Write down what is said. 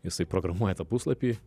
jisai programuoja tą puslapį